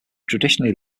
traditionally